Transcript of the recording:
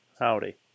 Howdy